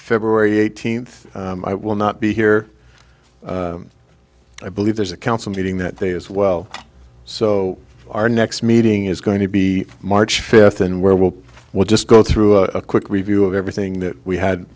february eighteenth i will not be here i believe there's a council meeting that day as well so our next meeting is going to be march fifth and where we'll will just go through a quick review of everything that we had